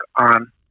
on